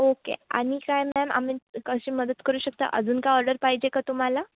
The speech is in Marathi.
ओके आणि काय मॅम आम्ही कशी मदत करू शकता अजून काय ऑर्डर पाहिजे का तुम्हाला